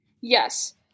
Yes